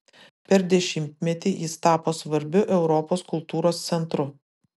per dešimtmetį jis tapo svarbiu europos kultūros centru